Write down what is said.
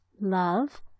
love